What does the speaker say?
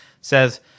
says